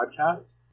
podcast